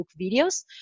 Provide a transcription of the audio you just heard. videos